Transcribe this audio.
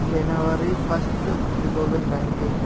January first two thousand nineteen